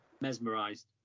mesmerised